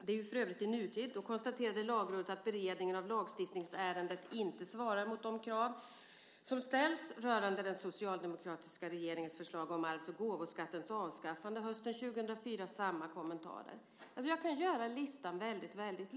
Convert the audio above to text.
Det är för övrigt i nutid. Då konstaterade Lagrådet att beredningen av lagstiftningsärendet inte svarar mot de krav som ställs. Rörande den socialdemokratiska regeringens förslag om arvs och gåvoskattens avskaffande hösten 2004 är det samma kommentarer. Jag kan göra listan väldigt lång.